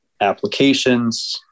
applications